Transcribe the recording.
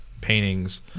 Paintings